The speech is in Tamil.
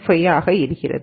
5 ஆகிறது